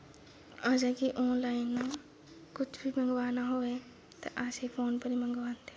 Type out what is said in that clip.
अजें कि ऑनलाइन कुछ बी मंगवाना होऐ तां अस फोन पर मंगवांदे